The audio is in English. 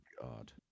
god